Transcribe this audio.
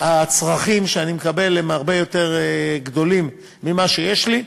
הצרכים הרבה יותר גדולים ממה שיש לי,